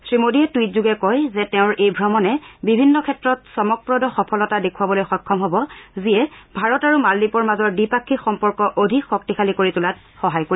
শ্ৰীমোডীয়ে টুইটযোগে কয় যে তেওঁৰ এই ভ্ৰমণ বিভিন্ন ক্ষেত্ৰ চমকপ্ৰদ সফলতা দেখুৱাবলৈ সক্ষম হ'ব যিয়ে নেকি ভাৰত আৰু মালদ্বীপৰ মাজৰ দ্বিপাক্ষিক সম্পৰ্ক অধিক শক্তিশালী কৰি তোলাত সহায় কৰিব